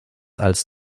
als